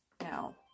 Now